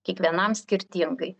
kiekvienam skirtingai